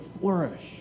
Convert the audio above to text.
flourish